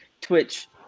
Twitch